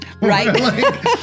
Right